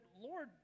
Lord